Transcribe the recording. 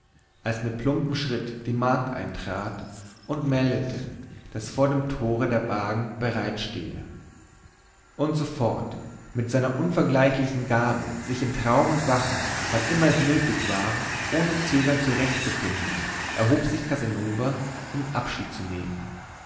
als mit plumpem schritt die magd eintrat und meldete daß vor dem tore der wagen bereitstehe und sofort mit seiner unvergleichlichen gabe sich in traum und wachen wann immer es nötig war ohne zögern zurechtzufinden erhob sich casanova um abschied zu nehmen